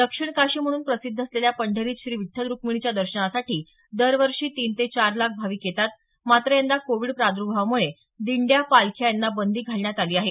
दक्षिण काशी म्हणून प्रसिद्ध असलेल्या पंढरीत श्री विठ्ठल रुक्मिणीच्या दर्शनासाठी दरवर्षी तीन ते चार लाख भाविक येतात मात्र यंदा कोविड प्रादुर्भावामुळे दिंड्या पालख्या यांना बंदी घालण्यात आली आहे